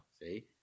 See